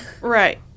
Right